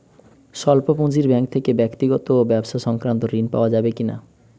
স্বল্প পুঁজির ব্যাঙ্ক থেকে ব্যক্তিগত ও ব্যবসা সংক্রান্ত ঋণ পাওয়া যাবে কিনা?